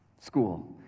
school